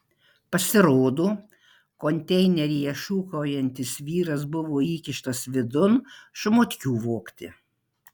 pasirodo konteineryje šūkaujantis vyras buvo įkištas vidun šmutkių vogti